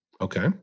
Okay